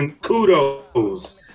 kudos